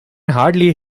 hardly